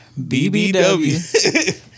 BBW